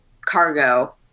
cargo